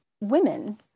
women